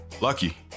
Lucky